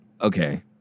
Okay